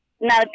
now